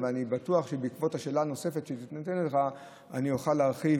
אבל אני בטוח שבעקבות השאלה הנוספת שתינתן לך אני אוכל להרחיב